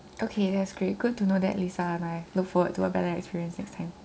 okay that is great good to know that lisa and I look forward to a better experience next time